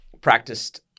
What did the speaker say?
practiced